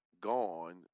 gone